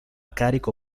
carico